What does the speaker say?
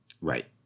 Right